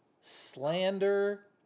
slander